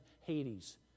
Hades